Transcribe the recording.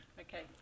Okay